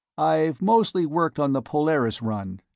i've mostly worked on the polaris run.